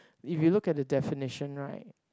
if you look at the definition right